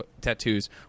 tattoos